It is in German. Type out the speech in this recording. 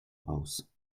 aus